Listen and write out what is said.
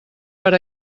per